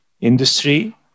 industry